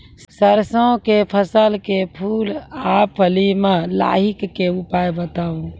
सरसों के फसल के फूल आ फली मे लाहीक के उपाय बताऊ?